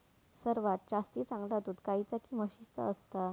सर्वात जास्ती चांगला दूध गाईचा की म्हशीचा असता?